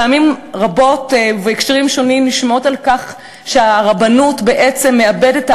פעמים רבות ובהקשרים שונים שומעים על כך שהרבנות בעצם מאבדת את